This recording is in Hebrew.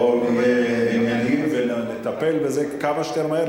בואו נהיה ענייניים ונטפל בזה כמה שיותר מהר.